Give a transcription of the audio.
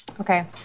Okay